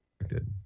affected